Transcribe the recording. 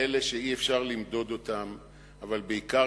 כאלה שאי-אפשר למדוד אותם, אבל בעיקר